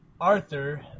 Arthur